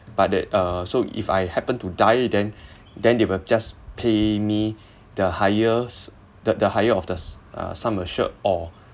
but that uh so if I happen to die then then they will just pay me the highest the the higher of the s~ uh sum assured or